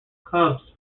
cubs